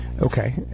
Okay